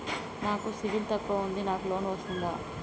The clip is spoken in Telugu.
నాకు సిబిల్ తక్కువ ఉంది నాకు లోన్ వస్తుందా?